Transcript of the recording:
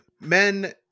Men